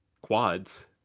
quads